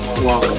Walk